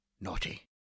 Naughty